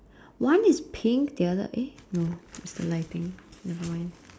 one is pink the other eh no it's the lighting nevermind